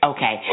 Okay